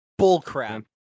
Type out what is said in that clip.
bullcrap